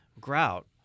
grout